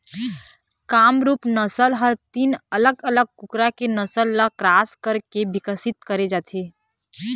कामरूप नसल ह तीन अलग अलग कुकरा के नसल ल क्रास कराके बिकसित करे गे हे